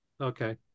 Okay